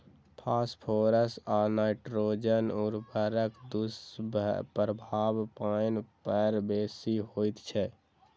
phosphorus आ nitrogen उर्वरकक दुष्प्रभाव पाइन पर बेसी होइत छै